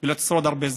היא לא תשרוד הרבה זמן.